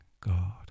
God